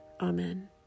amen